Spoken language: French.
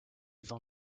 vent